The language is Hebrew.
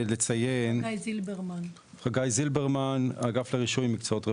חגי זילברמן, האגף לרישוי מקצועות רפואיים.